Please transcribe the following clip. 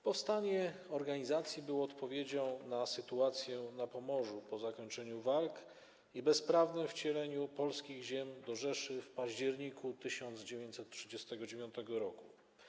Powstanie organizacji było odpowiedzią na sytuację na Pomorzu po zakończeniu walk i bezprawnym wcieleniu polskich ziem do Rzeszy w październiku 1939 r.